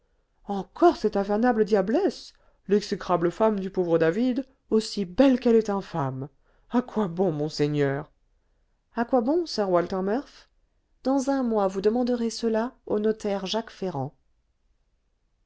encore cette infernale diablesse l'exécrable femme du pauvre david aussi belle qu'elle est infâme à quoi bon monseigneur à quoi bon sir walter murph dans un mois vous demanderez cela au notaire jacques ferrand